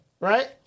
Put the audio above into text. Right